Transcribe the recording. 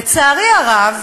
לצערי הרב,